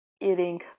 eating